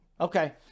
okay